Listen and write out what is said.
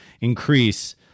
increase